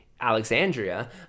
Alexandria